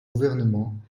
gouvernement